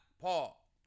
Paul